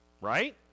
Right